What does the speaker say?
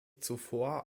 zuvor